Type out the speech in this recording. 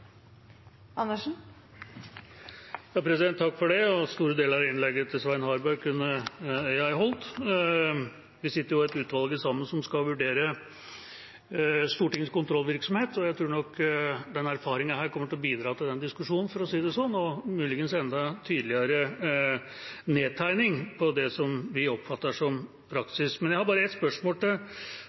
sitter jo et utvalg sammen som skal vurdere Stortingets kontrollvirksomhet, og jeg tror nok denne erfaringen kommer til å bidra til den diskusjonen, for å si det sånn, og muligens en enda tydeligere nedtegning av det vi oppfatter som praksis. Men jeg har et spørsmål til